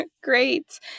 Great